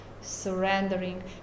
surrendering